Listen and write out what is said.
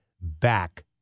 back